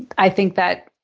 i think that